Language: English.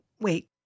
wait